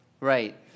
Right